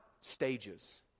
stages